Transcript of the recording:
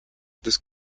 des